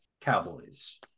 Cowboys